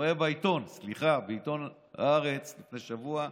רואה בעיתון, סליחה, בעיתון הארץ לפני שבוע: